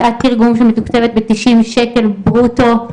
שעת תרגום מתוקצבת בתשעים שקלים ברוטו.